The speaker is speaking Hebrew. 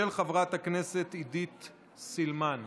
של חברת הכנסת עידית סילמן.